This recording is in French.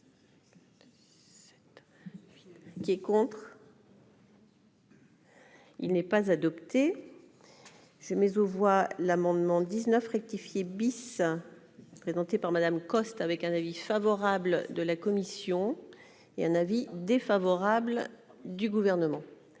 Qui est contre. Il n'est pas adopté c'est mais aux voix l'amendement 19 rectifié bis présenté par Madame Coste, avec un avis favorable de la commission et un avis défavorable du gouvernement